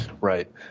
Right